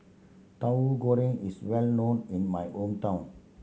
Tauhu Goreng is well known in my hometown